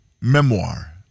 memoir